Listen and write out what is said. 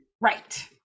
Right